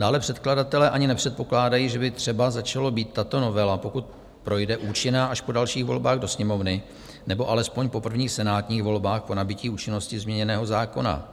Dále předkladatelé ani nepředpokládají, že by třeba začala být tato novela, pokud projde, účinná až po dalších volbách do Sněmovny nebo alespoň po prvních senátních volbách, po nabytí účinnosti změněného zákona.